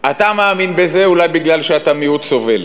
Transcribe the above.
אתה מאמין בזה אולי בגלל שאתה מיעוט סובל,